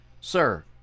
Sir